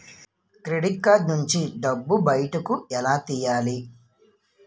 Credit card నుంచి డబ్బు బయటకు ఎలా తెయ్యలి?